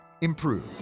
improve